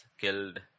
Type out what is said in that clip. killed